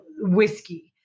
whiskey